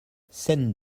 scène